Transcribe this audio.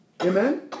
Amen